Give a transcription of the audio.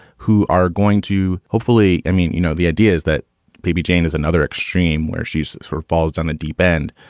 who are going to hopefully i mean, you know, the idea is that baby jane is another extreme where she's for falls on the deep end.